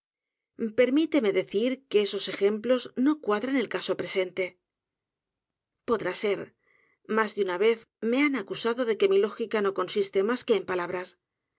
permíteme decir que esos ejemplos no cuadran al caso presente podrá ser mas de una vez me han acusado de que mi lógica no consiste mas que en palabras